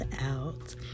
out